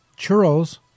churros